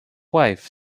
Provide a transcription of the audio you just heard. wife